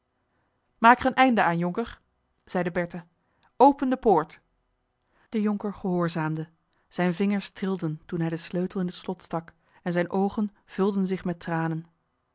maak er een einde aan jonker zeide bertha open de poort de jonker gehoorzaamde zijne vingers trilden toen hij den sleutel in het slot stak en zijne oogen vulden zich met tranen